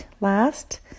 last